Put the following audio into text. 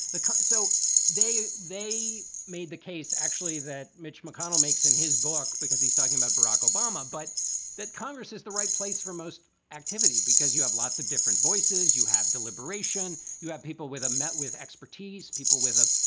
so they they made the case, actually, that mitch mcconnell makes in his book because he's talking about barack obama, but that congress is the right place for most activity because you have lots of different voices. you have deliberation. you have people with a met with expertise, people with a,